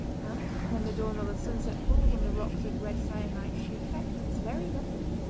and when the dawn or the sunset falls on the rocks of red syenite the effect is very lovely.